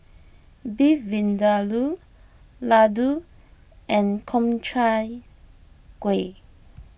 Beef Vindaloo Ladoo and Gobchang Gui